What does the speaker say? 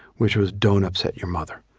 which was, don't upset your mother,